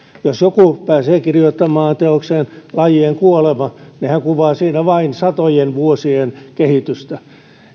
jos joku pääsee kirjoittamaan teoksen lajien kuolema niin hän kuvaa siinä vain satojen vuosien kehitystä